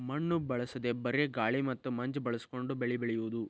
ಮಣ್ಣು ಬಳಸದೇ ಬರೇ ಗಾಳಿ ಮತ್ತ ಮಂಜ ಬಳಸಕೊಂಡ ಬೆಳಿ ಬೆಳಿಯುದು